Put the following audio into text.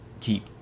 keep